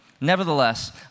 Nevertheless